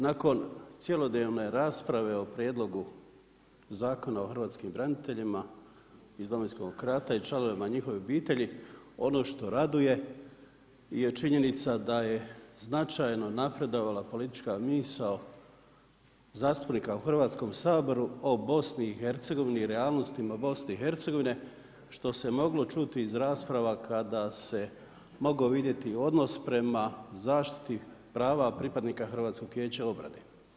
Nakon cjelodnevne rasprave o Prijedlogu Zakona o hrvatskim braniteljima iz Domovinskog rata i članovima njihovih obitelji ono što raduje je činjenica da je značajno napredovala politička misao zastupnika u Hrvatskom saboru o Bosni i Hercegovini, realnostima Bosne i Hercegovine što se moglo čuti iz rasprava kada se mogao vidjeti i odnos prema zaštiti prava pripadnika Hrvatskog vijeća obrane.